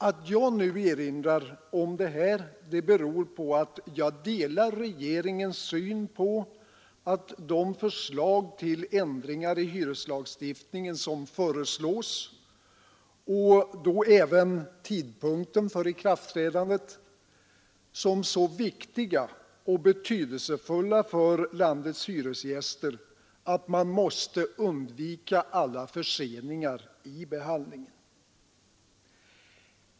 Att jag nu erinrar om detta beror på att jag delar regeringens syn på att de förslag till ändringar i hyreslagstiftningen som föreslås — och då även tidpunkten för ikraftträdandet — är så viktiga och betydelsefulla för landets hyresgäster att man måste undvika alla förseningar i behandlingen.